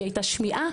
היא הייתה שמיעה,